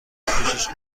پوشش